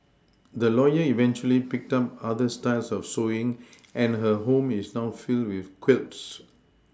the lawyer eventually picked up other styles of Sewing and her home is now filled with quilts